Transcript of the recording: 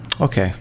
Okay